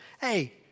hey